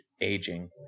aging